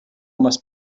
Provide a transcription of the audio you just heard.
must